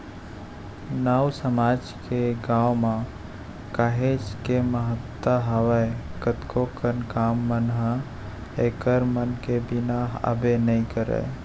नाऊ समाज के गाँव म काहेच के महत्ता हावय कतको कन काम मन ह ऐखर मन के बिना हाबे नइ करय